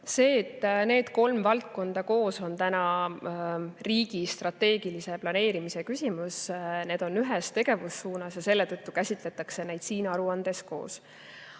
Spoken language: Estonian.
See, et need kolm valdkonda on koos täna, on riigi strateegilise planeerimise küsimus. Need on ühes tegevussuunas ja selle tõttu käsitletakse neid siin aruandes koos.